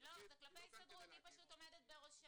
היא לא כאן כדי להגיב.